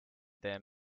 their